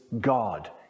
God